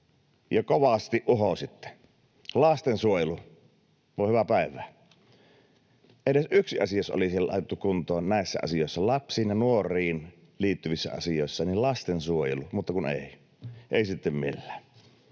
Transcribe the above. ja kovasti uhositte. Lastensuojelu — voi hyvää päivää. Jos olisi edes yksi asia laitettu kuntoon näissä asioissa, lapsiin ja nuoriin liittyvissä asioissa, niin lastensuojelu, mutta kun ei, ei sitten millään.